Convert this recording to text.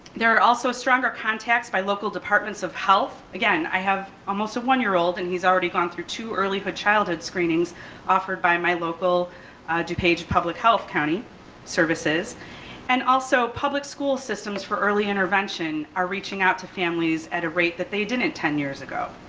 there are also stronger contacts by local departments of health again, i have, almost a one year old and he's already gone through to early childhood screenings offered by my local do page public health county services and also public school systems for early intervention are reaching out to families at a rate that they didn't ten years ago.